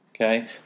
Okay